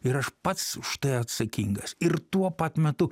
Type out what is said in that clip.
ir aš pats už tai atsakingas ir tuo pat metu